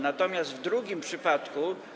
Natomiast w drugim przypadku.